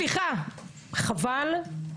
חבל.